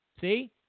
See